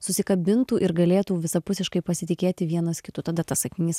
susikabintų ir galėtų visapusiškai pasitikėti vienas kitu tada tas sakinys